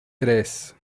tres